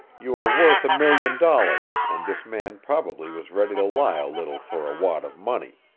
you are worth a million dollars, and this man probably was ready to lie a little for a wad of money.